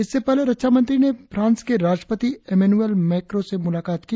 इससे पहले रक्षा मंत्री ने फांस के राष्ट्रपति एमेनुल मैक्रो से मुलाकात की